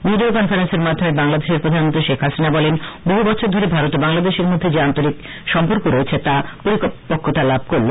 video কনফারেন্সের মাধ্যমে বাংলাদেশের প্রধানমন্ত্রী শেখ হাসিনা বলেন বহু বছর ধরে ভারত ও বাংলাদেশের মধ্যে যে আন্তরিক সম্পর্ক রয়েছে তা আজ পরিপক্কতা লাভ করেছে